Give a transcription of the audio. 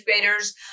graders